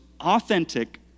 authentic